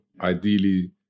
ideally